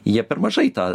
jie per mažai tą